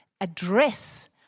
address